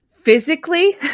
Physically